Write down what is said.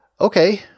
Okay